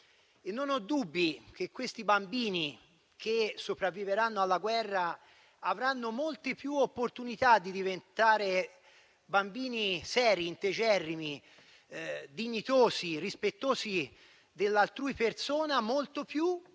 non ho dubbi che questi bambini che sopravvivranno alla guerra avranno molte più opportunità di diventare bambini seri, integerrimi, dignitosi, rispettosi dell'altrui persona, molto più